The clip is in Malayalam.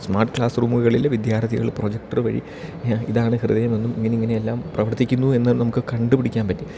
സ്മാർട്ട് ക്ലാസ് റൂമുകളിൽ വിദ്യാർത്ഥികൾ പ്രൊജക്ടർ വഴി ഇതാണ് ഹൃദയമെന്നും ഇങ്ങനെ ഇങ്ങനെ എല്ലാം പ്രവർത്തിക്കുന്നു എന്ന് നമുക്ക് കണ്ടു പിടിക്കാൻ പറ്റും